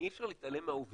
אי אפשר להתעלם מהעובדה